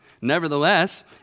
Nevertheless